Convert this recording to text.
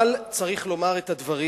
אבל צריך לומר את הדברים.